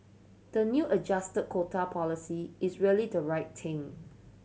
the new adjust quota policy is really the right thing